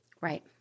Right